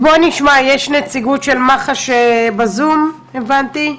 יש נציגות של מח"ש בזום הבנתי.